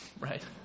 right